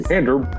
Andrew